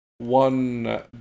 One